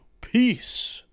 peace